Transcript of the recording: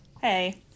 Hey